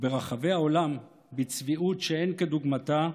וברחבי העולם, בצביעות שאין כדוגמתה,